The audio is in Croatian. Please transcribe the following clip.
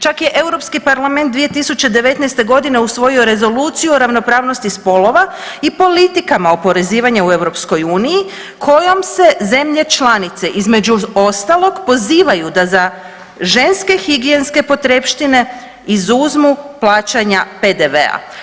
Čak je Europski parlament 2019. godine usvojio Rezoluciju o ravnopravnosti spolova i politikama oporezivanja u Europskoj uniji kojom se zemlje članice između ostalog pozivaju da za ženske higijenske potrepštine izuzmu plaćanja PDV-a.